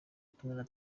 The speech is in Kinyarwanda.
tumwe